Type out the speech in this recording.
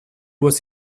was